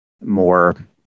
more